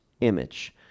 image